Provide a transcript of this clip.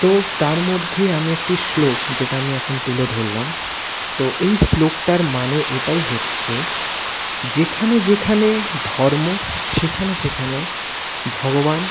তো তার মধ্যে আমি একটি শ্লোক যেটা আমি এখন তুলে ধরলাম তো এই শ্লোকটার মানে এটাই হচ্ছে যেখানে যেখানে ধর্ম সেখানে সেখানে ভগবান